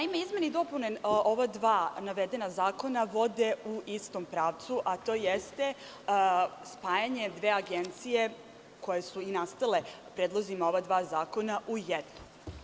Izmene i dopune ova dva navedena zakona vode u istom pravcu, a to jeste spajanje dve agencije koje su i nastale u predlozima ova dva zakona u jedan.